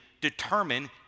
determine